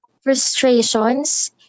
frustrations